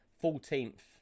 fourteenth